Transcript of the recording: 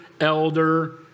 elder